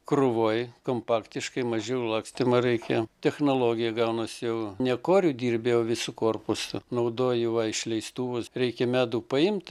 krūvoj kompaktiškai mažiau lakstymo reikia technologija gaunasi jau ne koriu dirbi o visu korpusu naudoji va išleistuvus reikia medų paimti